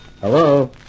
Hello